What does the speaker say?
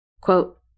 Quote